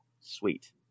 sweet